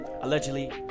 allegedly